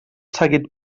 seguit